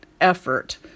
effort